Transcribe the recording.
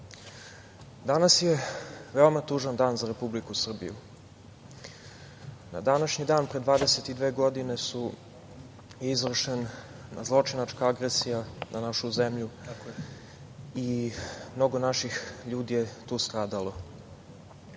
danas je veoma tužan dan za Republiku Srbiju. Na današnji dan pre 22 godine je izvršena zločinačka agresija na našu zemlju i mnogo naših ljudi je tu stradalo. Želeo